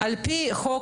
על פי חוק,